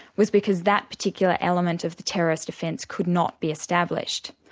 was because that particular element of the terrorist offence could not be established.